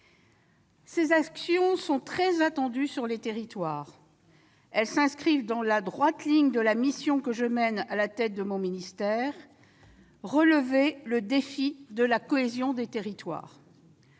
Ces actions sont très attendues au sein des territoires. Elles s'inscrivent dans la droite ligne de la mission que je mène à la tête de mon ministère : relever le défi de la cohésion des territoires.